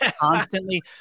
constantly